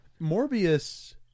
Morbius